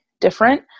different